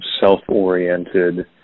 self-oriented